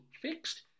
fixed